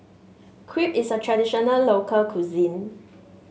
crepe is a traditional local cuisine